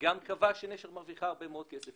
שקבעה שנשר מרוויחה הרבה מאוד כסף.